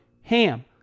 HAM